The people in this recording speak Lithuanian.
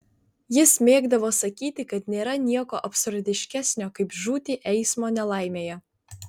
jis mėgdavo sakyti kad nėra nieko absurdiškesnio kaip žūti eismo nelaimėje